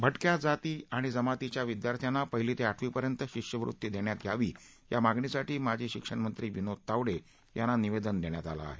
भटक्या जाती आणि जमातींच्या विद्यार्थ्यांना पहिली ते आठवीपर्यंत शिष्यवृत्ती देण्यात यावी या मागणीसाठी माजी शिक्षणमंत्री विनोद तावडे यांना निवेदन देण्यात आलं आहे